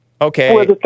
Okay